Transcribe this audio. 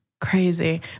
Crazy